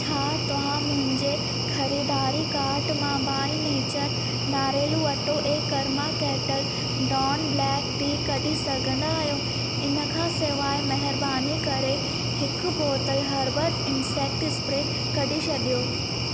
छा तव्हां मुंहिंजे खरीदारी कार्ट मां बाई नेचर नारेलु अटो ऐं Karma Kettle Dawn black tea कढी सघंदा आहियो इन खां सवाइ मेहरबानी करे हिकु बोतल हर्बल इन्सेक्ट स्प्रे कढी छॾियो